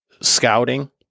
scouting